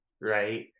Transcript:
right